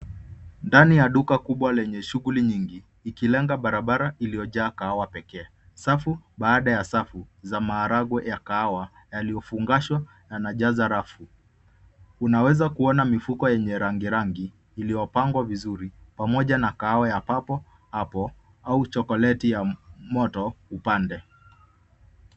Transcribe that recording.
Ndani ya duka kubwa lenye shughuli nyingi ikilenga barabara iliyojaa kahawa pekee. Safu baada ya safu za maharagwe ya kahawia yalifungashwa nakujaza rafu. Unaweza kuona mifuko yenye rangi rangi iliyopangwa vizuri pamoja na kahawa ya Papo hapo au chokoleti ya moto upande.